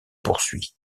poursuit